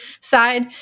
Side